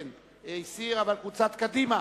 בעד ההסתייגות?